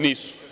Nisu.